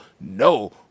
No